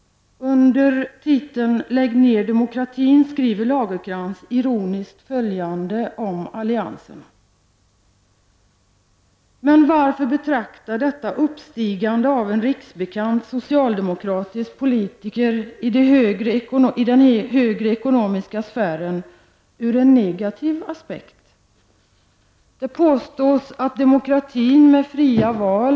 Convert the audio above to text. Under titeln ”Lägg ned demokratin!” skriver Lagercrantz ironiskt följande: ”Men varför betrakta detta uppstigande av en riksbekant socialdemokratisk politiker i den högre ekonomiska sfären ur en negativ aspekt. Det påstås att demokratin med fria val.